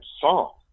song